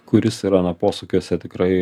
kuris yra na posūkiuose tikrai